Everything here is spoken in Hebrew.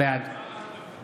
בעד